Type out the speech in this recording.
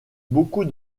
beaucoup